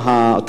אכן,